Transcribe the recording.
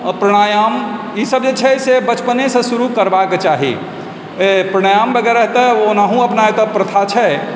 प्राणायाम ईसब जे छै से बचपनेसँ शुरू करबाके चाही प्राणायाम वगैरह तऽ ओनाहु अपना एतय प्रथा छै